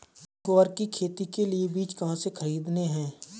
ग्वार की खेती के लिए बीज कहाँ से खरीदने हैं?